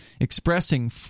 expressing